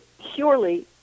purely